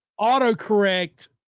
autocorrect